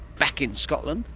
back in scotland?